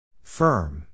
Firm